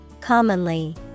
Commonly